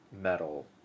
metal